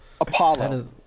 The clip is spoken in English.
Apollo